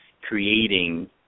creating